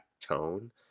tone